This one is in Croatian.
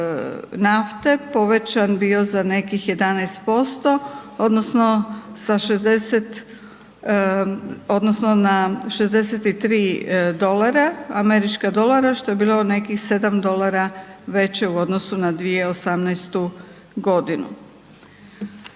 nafte povećan bio za nekih 11% odnosno na 63 američka dolara što je bilo nekih 7 dolara veće u odnosu na 2018. godinu.